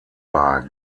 war